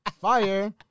Fire